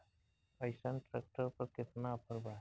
अइसन ट्रैक्टर पर केतना ऑफर बा?